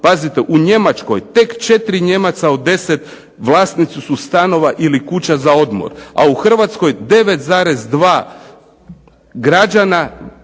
Pazite u Njemačkoj tek 4 Nijemaca od 10 vlasnici su stanova ili kuća za odmor, a u Hrvatskoj 9,2 građana